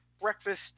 breakfast